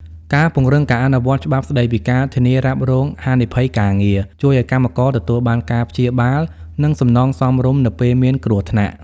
ការពង្រឹងការអនុវត្តច្បាប់ស្ដីពីការធានារ៉ាប់រងហានិភ័យការងារ ជួយឱ្យកម្មករទទួលបានការព្យាបាល និងសំណងសមរម្យនៅពេលមានគ្រោះថ្នាក់។